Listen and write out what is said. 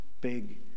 big